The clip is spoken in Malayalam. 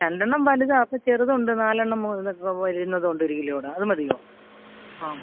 രണ്ടെണ്ണം വലുതാണ് അപ്പോൾ ചെറുതുണ്ട് നാല് എണ്ണം വരുന്നതുണ്ട് ഒരു കിലോയുടെ അത് മതിയോ ആ